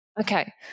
Okay